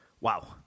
Wow